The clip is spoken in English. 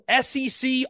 SEC